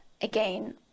Again